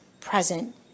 present